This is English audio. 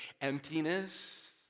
emptiness